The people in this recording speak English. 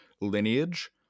lineage